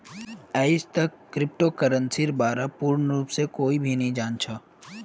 आईजतक क्रिप्टो करन्सीर बा र पूर्ण रूप स कोई भी नी जान छ